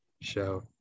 show